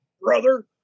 brother